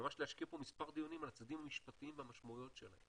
ממש להשקיע פה מספר דיונים על הצדדים המשפטיים והמשמעויות שלהם